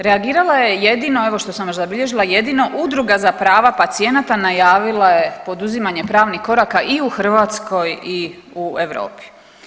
Reagirala je jedino, evo što sam zabilježila, jedino Udruga za prava pacijenata najavila je poduzimanje pravnih koraka i u Hrvatskoj i u Europi.